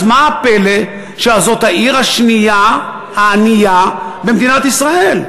אז מה הפלא שזאת העיר השנייה הענייה במדינת ישראל?